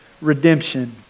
redemption